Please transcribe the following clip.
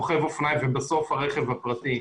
רוכב אופניים ובסוף הרכב הפרטי.